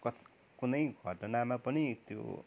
कुनै घटनामा पनि त्यो